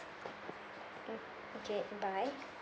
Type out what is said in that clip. mm okay and bye